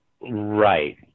Right